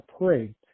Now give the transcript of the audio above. pray